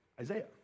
Isaiah